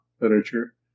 literature